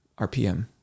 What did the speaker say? RPM